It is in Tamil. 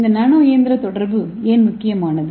இந்த நானோ இயந்திர தொடர்பு ஏன் முக்கியமானது